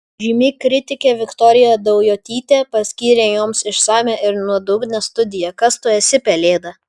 žymi kritikė viktorija daujotytė paskyrė joms išsamią ir nuodugnią studiją kas tu esi pelėda